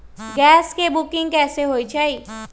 Gas के booking कैसे होईछई?